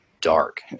dark